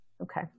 Okay